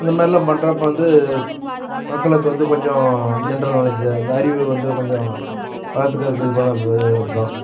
அந்தமாதிரிலான் பண்ணுறப்ப வந்து மக்களுக்கு வந்து கொஞ்சம் ஜென்ரல் நாலேஜ் அந்த அறிவை வந்து கொஞ்சம் வளர்த்துக்குறதுக்கு இது பண்ணுணா இப்போ இது அப்புறம்